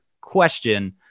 question